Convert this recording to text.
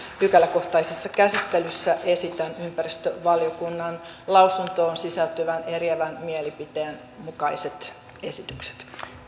pykäläkohtaisessa käsittelyssä esitän ympäristövaliokunnan lausuntoon sisältyvän eriävän mielipiteen mukaiset esitykset